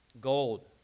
Gold